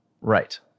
Right